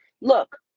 look